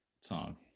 song